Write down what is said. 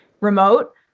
remote